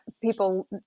people